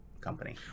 company